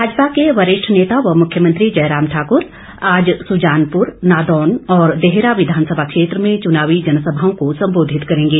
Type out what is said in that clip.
भाजपा के वरिष्ठ नेता व मुख्यमंत्री जयराम ठाक्र आज सुजानपुर नादौन और देहरा विधानसभा क्षेत्र में चुनावी जनसभाओं को संबोधित करेंगे